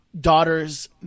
daughters –